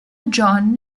john